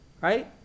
right